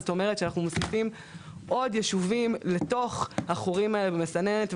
זאת אומרת שאנחנו מוסיפים עוד ישובים לתוך החורים האלה במסננת.